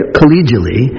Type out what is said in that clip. collegially